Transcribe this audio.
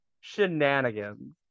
Shenanigans